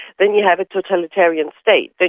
then you have a totalitarian state, but